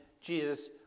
Jesus